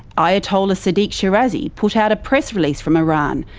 ayatollah sadiq shirazi put out a press release from iran,